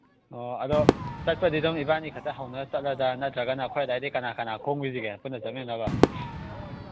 ꯑꯣ ꯑꯗꯣ ꯆꯠꯄꯗꯤ ꯑꯗꯨꯝ ꯏꯕꯥꯟꯅꯤꯈꯇ ꯍꯧꯅꯔ ꯆꯠꯂꯗ꯭ꯔ ꯅꯠꯇ꯭ꯔꯒꯅ ꯑꯩꯈꯣꯏ ꯑꯗ꯭ꯋꯥꯏꯗꯒꯤ ꯀꯅꯥ ꯀꯅꯥ ꯈꯣꯝꯈꯤꯁꯤꯒꯦ ꯄꯨꯟꯅ ꯆꯠꯃꯤꯟꯅꯅꯕ